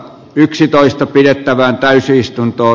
yksitoista pidettävään täysistunto